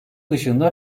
dışında